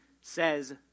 says